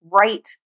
right